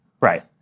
Right